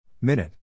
Minute